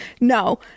no